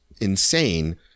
insane